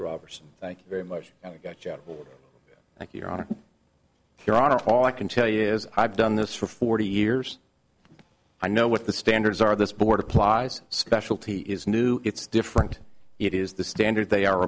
robertson thank you very much thank you donna your honor all i can tell you is i've done this for forty years i know what the standards are this board applies specialty is new it's different it is the standard they are